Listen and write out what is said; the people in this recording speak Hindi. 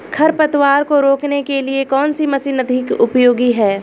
खरपतवार को रोकने के लिए कौन सी मशीन अधिक उपयोगी है?